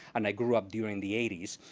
and i grew up during the eighty s.